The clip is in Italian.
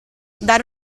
dare